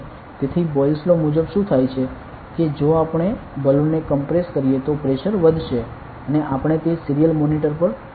તેથી Boyle's law મુજબ શું થાય છે કે જો આપણે બલૂનને કોમ્પ્રેસ કરીએ તો પ્રેશર વધશે અને આપણે તે સીરીયલ મોનિટર પર જોશું